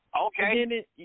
Okay